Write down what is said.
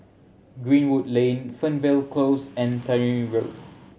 Greenwood Lane Fernvale Close and Tannery Road